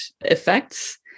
effects